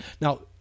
now